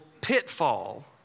pitfall